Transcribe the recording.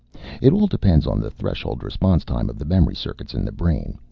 it all depends on the threshold-response-time of the memory-circuits in the brain,